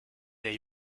der